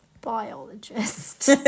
Biologist